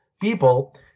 people